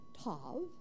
Tav